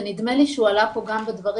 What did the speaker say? ונדמה לי שהוא עלה פה גם בדברים,